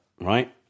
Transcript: Right